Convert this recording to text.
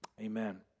amen